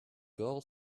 girl